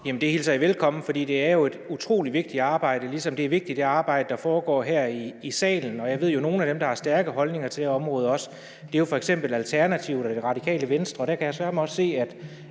Det hilser jeg velkommen, for det er jo et utrolig vigtigt arbejde, ligesom det arbejde, der foregår her i salen, er vigtigt. Jeg ved jo, at nogle af dem, der også har stærke holdninger til området, f.eks. er Alternativet og Radikale Venstre,